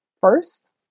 first